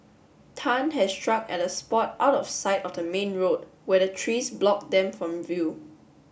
tan had struck at a spot out of sight of the main road where the trees blocked them from view